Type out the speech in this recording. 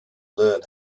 learn